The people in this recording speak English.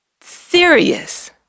serious